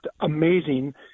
amazing